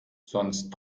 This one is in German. sonst